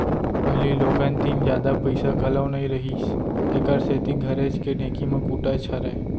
पहिली लोगन तीन जादा पइसा घलौ नइ रहिस तेकर सेती घरेच के ढेंकी म कूटय छरय